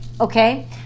okay